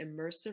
immersive